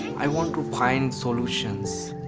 i want to find solutions.